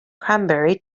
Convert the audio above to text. cranberry